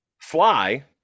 fly